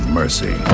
mercy